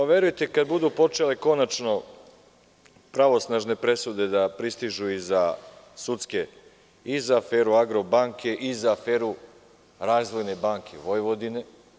Verujte, kada budu počele konačno pravosnažne presude da pristižu za aferu „Agrobanke“, za aferu „Razvojne banke Vojvodine“